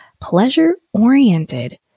pleasure-oriented